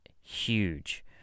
huge